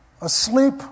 asleep